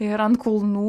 ir ant kulnų